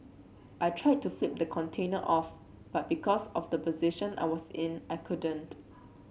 I tried to flip the container off but because of the position I was in I couldn't